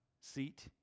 seat